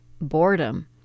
boredom